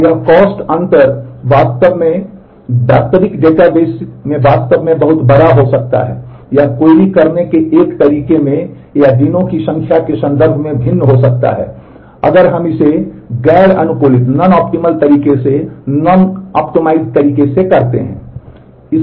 और यह कॉस्ट तरीके से करते हैं